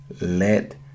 Let